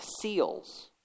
seals